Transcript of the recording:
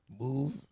move